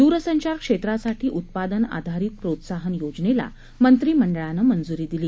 दूरसंचार क्षेत्रासाठी उत्पादन आधारित प्रोत्साहन योजनेला मंत्रीमंडळानं मंजुरी दिली